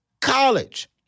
college